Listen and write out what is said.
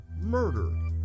murder